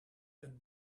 and